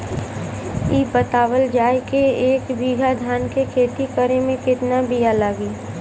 इ बतावल जाए के एक बिघा धान के खेती करेमे कितना बिया लागि?